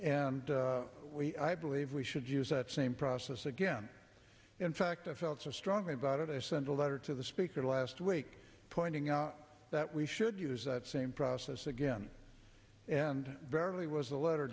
and we i believe we should use that same process again in fact i felt so strongly about it i sent a letter to the speaker last week pointing out that we should use that same process again and rarely was a letter